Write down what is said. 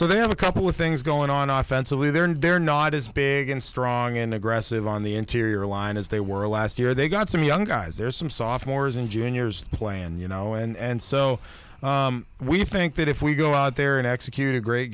so they have a couple of things going on our fence alou there and they're not as big and strong and aggressive on the interior line as they were last year they got some young guys there some soft morrison juniors planned you know and so we think that if we go out there and execute a great